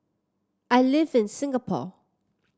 I live in Singapore